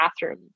bathroom